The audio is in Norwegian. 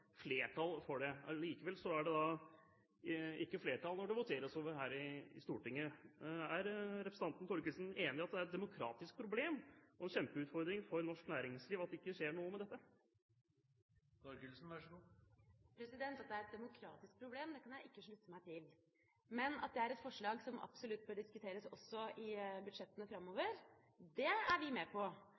flertall for det. Likevel er det ikke flertall når det voteres over her i Stortinget. Er representanten Thorkildsen enig i at det er et demokratisk problem og en kjempeutfordring for norsk næringsliv at det ikke skjer noe med dette? At det er et demokratisk problem, kan jeg ikke slutte meg til, men at det er et forslag som absolutt bør diskuteres også i budsjettene framover, er vi med på.